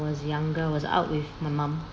was younger was out with my mum